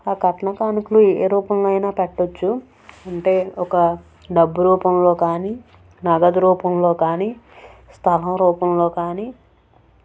ఆ కట్న కానుకలు ఏ రూపంలో అయినా పెట్టొచ్చు అంటే ఒక డబ్బు రూపంలో కానీ నగదు రూపంలో కానీ స్థలం రూపంలో కానీ